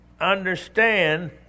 understand